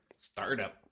Startup